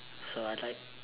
so I like